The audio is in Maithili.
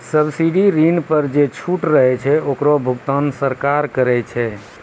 सब्सिडी ऋण पर जे छूट रहै छै ओकरो भुगतान सरकार करै छै